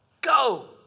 go